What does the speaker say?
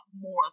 more